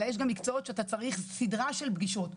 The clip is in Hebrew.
אלא יש גם מקצועות שאתה צריך סדרה של פגישות,